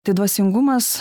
tai dvasingumas